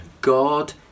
God